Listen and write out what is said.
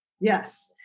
Yes